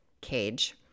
cage